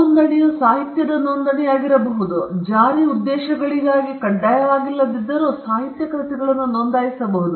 ನೋಂದಣಿ ಸಾಹಿತ್ಯದ ನೋಂದಣಿಯಾಗಿರಬಹುದು ಜಾರಿ ಉದ್ದೇಶಗಳಿಗಾಗಿ ಕಡ್ಡಾಯವಾಗಿಲ್ಲದಿದ್ದರೂ ಸಾಹಿತ್ಯ ಕೃತಿಗಳನ್ನು ನೋಂದಾಯಿಸಬಹುದು